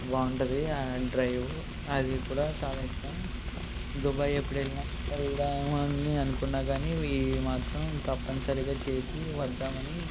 బాగుంటుంది ఆ డ్రైవ్ అది కూడా చాలా ఇష్టం దుబాయ్ ఎప్పుడు వెళ్ళినా వెళదామని అనుకున్నా కానీ ఈ మాత్రం తప్పనిసరిగా చేసి వద్దామని